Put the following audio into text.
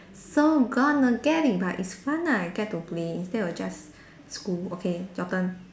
so gonna get it but it's fun ah I get to play instead of just school okay your turn